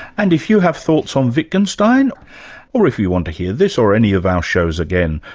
and if you have thoughts on wittgenstein or if you want to hear this or any of our shows again,